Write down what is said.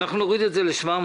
אנחנו נוריד את זה ל-700,000.